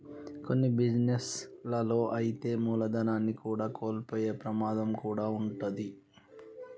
కొన్ని బిజినెస్ లలో అయితే మూలధనాన్ని కూడా కోల్పోయే ప్రమాదం కూడా వుంటది